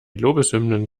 lobeshymnen